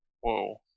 whoa